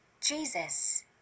Jesus